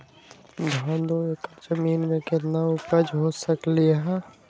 धान दो एकर जमीन में कितना उपज हो सकलेय ह?